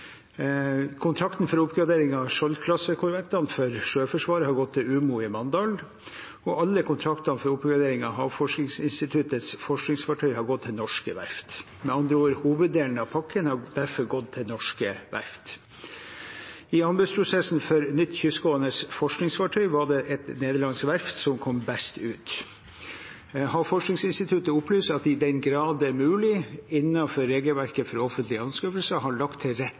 Kontrakten for oppgradering av korvettene i Skjold-klassen for Sjøforsvaret har gått til Umoe i Mandal, og alle kontraktene for oppgradering av Havforskningsinstituttets forskningsfartøy har gått til norske verft – med andre ord har hoveddelen av pakken gått til norske verft. I anbudsprosessen for det nye kystgående forskningsfartøyet var det et nederlandsk verft som kom best ut. Havforskningsinstituttet opplyser at de i den grad det er mulig innenfor regelverket for offentlige anskaffelser, hadde lagt til rette